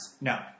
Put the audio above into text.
No